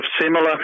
similar